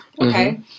okay